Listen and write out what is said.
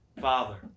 Father